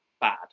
bad